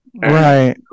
right